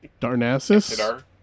Darnassus